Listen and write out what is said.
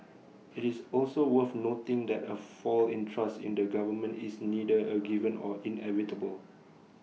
IT is also worth noting that A fall in trust in the government is neither A given or inevitable